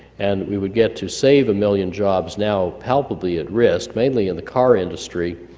and we would get to save a million jobs now palpably at risk, mainly in the car industry,